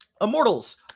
immortals